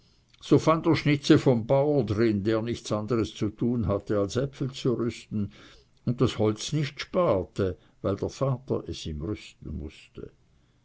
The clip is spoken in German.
so fand er schnitze vom bauer darin der nichts anderes zu tun hatte als äpfel rüsten und das holz nicht sparte weil der vater es ihm rüsten mußte